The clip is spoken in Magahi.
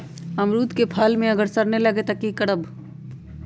अमरुद क फल म अगर सरने लगे तब की करब?